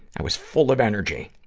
i was full of energy.